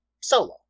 solo